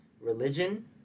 Religion